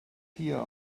here